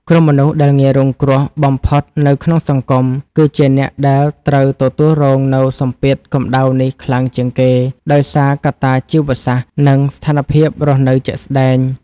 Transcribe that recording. ក្រុមមនុស្សដែលងាយរងគ្រោះបំផុតនៅក្នុងសង្គម គឺជាអ្នកដែលត្រូវទទួលរងនូវសម្ពាធកម្ដៅនេះខ្លាំងជាងគេ ដោយសារកត្តាជីវសាស្ត្រ និងស្ថានភាពរស់នៅជាក់ស្តែង។